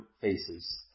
faces